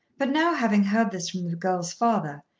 but now, having heard this from the girl's father,